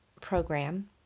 program